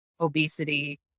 obesity